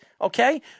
okay